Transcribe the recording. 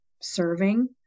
serving